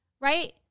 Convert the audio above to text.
right